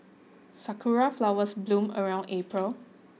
sakura flowers bloom around April